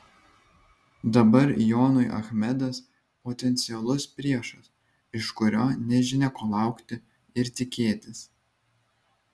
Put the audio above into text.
dabar jonui achmedas potencialus priešas iš kurio nežinia ko laukti ir tikėtis